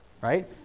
Right